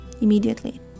Immediately